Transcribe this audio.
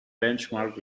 benchmark